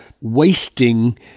wasting